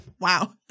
Wow